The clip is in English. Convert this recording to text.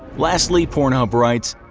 lastly pornhub writes,